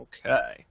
Okay